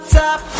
top